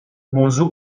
موضوع